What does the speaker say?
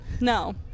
no